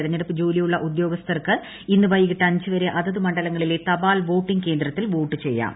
തെരഞ്ഞെടുപ്പ് ജോലിയിലുള്ള ഉദ്യോഗസ്ഥർക്ക് ഇന്ന് വൈകിട്ട് അഞ്ചുവരെ അതത് മണ്ഡലങ്ങളിലെ തപാൽ വോട്ടിങ് കേന്ദ്രത്തിൽ വോട്ടുചെയ്യാം